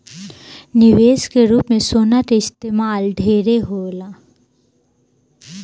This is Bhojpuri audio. निवेश के रूप में सोना के इस्तमाल ढेरे होला